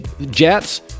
Jets